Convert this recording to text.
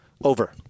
Over